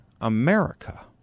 America